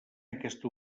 aquesta